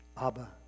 Abba